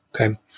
Okay